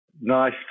nice